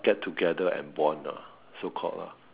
get together and bond ah so called lah